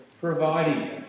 Providing